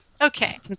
okay